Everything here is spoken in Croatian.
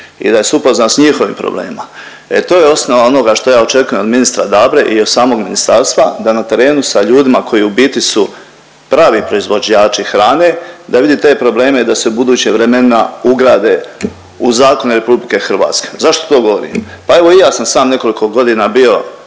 i da se je upoznao s njihovim problemima. E to je osnova onoga što ja očekujem od ministra Dabre i od samom ministarstva da na terenu sa ljudima koji u biti su pravi proizvođači hrane da vidi te probleme i da se u budućim vremenima ugrade u zakone RH. Zašto to govorim? Pa evo i ja sam sam nekoliko godina bio